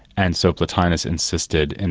and so plotinus insisted, and